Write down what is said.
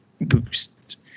boost